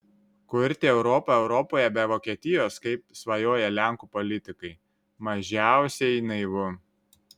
kurti europą europoje be vokietijos kaip svajoja lenkų politikai mažiausiai naivu